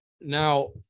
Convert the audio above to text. Now